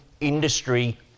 industry